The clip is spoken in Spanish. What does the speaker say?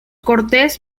cortes